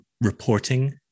reporting